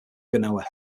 genoa